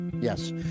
Yes